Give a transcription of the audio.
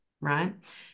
right